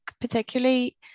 particularly